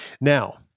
now